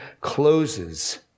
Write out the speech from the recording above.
closes